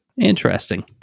Interesting